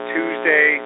Tuesday